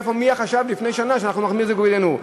מי חשב לפני שנה שנחמיר בזיקוקין די-נור?